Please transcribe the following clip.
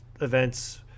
events